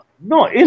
No